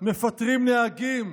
מפטרים נהגים.